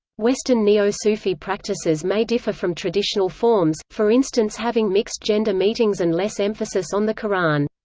western neo-sufi practices may differ from traditional forms, for instance having mixed-gender meetings and less emphasis on the qur'an.